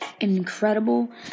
incredible